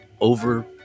over